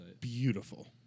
Beautiful